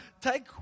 take